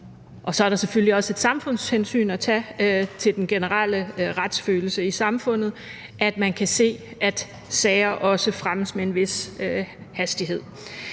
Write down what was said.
Så er der selvfølgelig også et samfundshensyn at tage til den generelle retsfølelse i samfundet, altså ved at man kan se, at sager også fremmes med en vis hastighed.